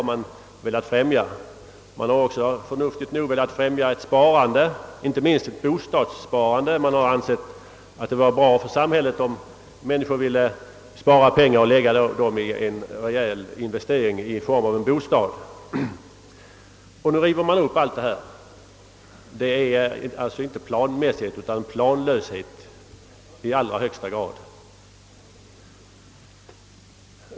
Man har också, förnuftigt nog, velat främja sparandet, inte minst bostadssparandet; man har ansett att det var bra för samhället om folk sparade pengar och gjorde en rejäl investering i en bostad. Nu river man alltså upp allt detta. Det är inte något uttryck för planmässighet; det är planlöshet i allra högsta grad.